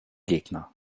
gegner